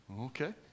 Okay